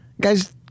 Guys